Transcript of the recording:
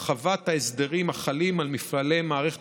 הרחבת ההסדרים החלים על מפעלי מערכת